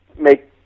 make